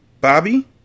Bobby